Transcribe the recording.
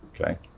Okay